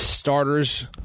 Starters